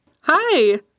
Hi